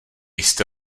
jste